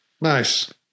Nice